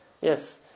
Yes